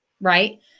right